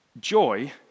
joy